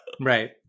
Right